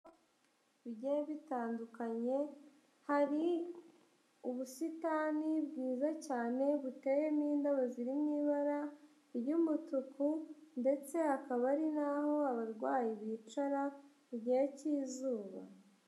Bigiye bitandukanye, hari ubusitani bwiza cyane buteyemo indabo ziririmo ibara ry'umutuku ndetse hakaba hari n'aho abarwayi bicara mu gihe cy'izuba.